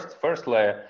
firstly